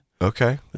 Okay